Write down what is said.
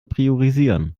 priorisieren